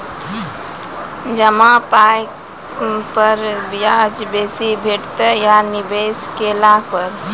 जमा पाय पर ब्याज बेसी भेटतै या निवेश केला पर?